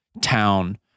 town